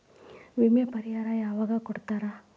ವಿಮೆ ಪರಿಹಾರ ಯಾವಾಗ್ ಕೊಡ್ತಾರ?